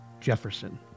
Jefferson